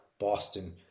Boston